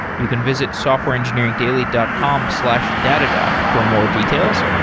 you can visit softwareengineeringdaily dot com slash datadog for more details.